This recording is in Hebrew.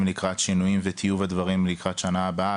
לקראת שינויים וטיוב הדברים לקראת השנה הבאה.